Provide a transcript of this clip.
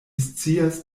scias